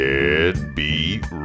Deadbeat